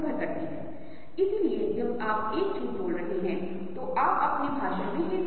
driving और जो हम मोबाइल पर बता रहे हैं उस पर ध्यान केंद्रित न कर पाना